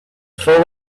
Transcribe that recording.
full